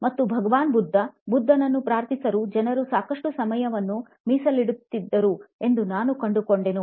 ಮತ್ತು ಭಗವಾನ್ ಬುದ್ಧ ಬುದ್ಧನನ್ನು ಪ್ರಾರ್ಥಿಸಲು ಜನರು ಸಾಕಷ್ಟು ಸಮಯವನ್ನು ಮೀಸಲಿಡುತ್ತಿದ್ದರು ಎಂದು ನಾನು ಕಂಡುಕೊಂಡೆನು